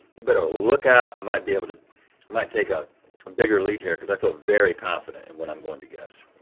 you better look out. i might be able to, i might take a bigger lead here cause i feel very confident in what i'm going to guess.